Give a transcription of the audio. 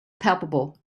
palpable